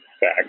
back